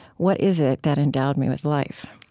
what is it that endowed me with life?